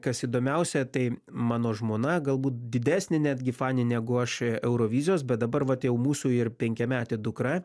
kas įdomiausia tai mano žmona galbūt didesnė netgi fanė negu aš eurovizijos bet dabar vat jau mūsų ir penkiametė dukra